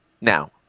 now